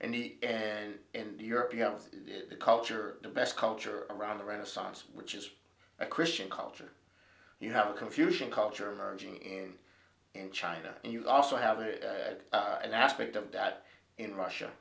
the and in europe you have the culture the best culture around the renaissance which is a christian culture you have a confucian culture emerging in in china and you also have an aspect of that in russia